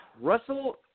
Russell –